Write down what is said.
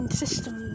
system